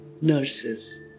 nurses